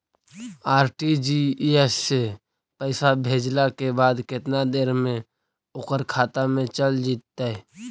RTGS से पैसा भेजला के बाद केतना देर मे ओकर खाता मे चल जितै?